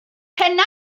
pennau